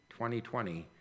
2020